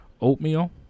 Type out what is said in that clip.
oatmeal